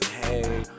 hey